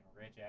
rich